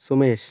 Sumesh